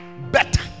better